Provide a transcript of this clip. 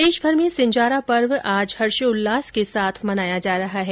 प्रदेशमर में सिंजारा पर्व आज हर्षोल्लास के साथ मनाया जा रहा है